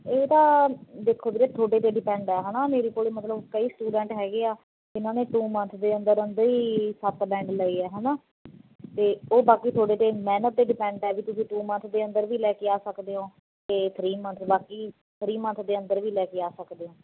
ਇਹਦਾ ਦੇਖੋ ਵੀਰੇ ਤੁਹਾਡੇ 'ਤੇ ਡਿਪੈਂਡ ਆ ਹੈਨਾ ਮੇਰੇ ਕੋਲ ਮਤਲਬ ਕਈ ਸਟੂਡੈਂਟ ਹੈਗੇ ਆ ਜਿਹਨਾਂ ਨੇ ਟੂ ਮੰਥ ਦੇ ਅੰਦਰ ਅੰਦਰ ਹੀ ਸੱਤ ਬੈਡ ਲਏ ਆ ਹੈਨਾ ਅਤੇ ਉਹ ਬਾਕੀ ਤੁਹਾਡੇ 'ਤੇ ਮਿਹਨਤ 'ਤੇ ਡਿਪੈਂਡ ਆ ਵੀ ਤੁਸੀਂ ਟੂ ਮੰਥ ਦੇ ਅੰਦਰ ਵੀ ਲੈ ਕੇ ਆ ਸਕਦੇ ਹੋ ਅਤੇ ਥਰੀ ਮੰਥ ਬਾਕੀ ਥਰੀ ਮੰਥ ਦੇ ਅੰਦਰ ਵੀ ਲੈ ਕੇ ਆ ਸਕਦੇ ਹੋ